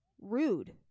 rude